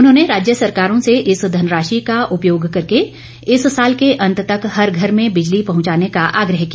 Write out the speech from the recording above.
उन्होंने राज्य सरकारों से इस धनराशि का उपयोग करके इस साल के अंत तक हर घर में बिजली पहंचाने का आग्रह किया